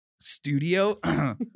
studio